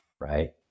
right